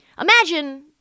Imagine